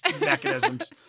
mechanisms